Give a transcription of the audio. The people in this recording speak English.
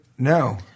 No